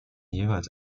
jeweils